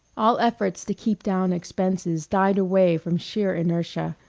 all efforts to keep down expenses died away from sheer inertia,